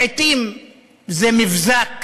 לעתים זה מבזק